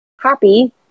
happy